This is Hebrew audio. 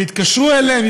ויתקשרו אליהם,